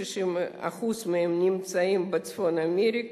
60% מהם נמצאים בצפון אמריקה,